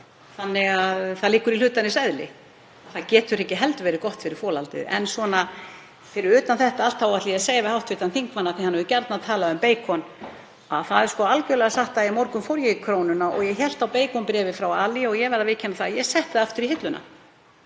þannig að það liggur í hlutarins eðli að það getur ekki heldur verið gott fyrir folaldið. En svona fyrir utan þetta allt þá ætla ég að segja við hv. þingmann, af því að hann hefur gjarnan talað um beikon, að það er sko algerlega satt að í morgun fór ég í Krónuna og ég hélt á beikonbréfi frá Ali og ég verð að viðurkenna að ég setti það aftur í hilluna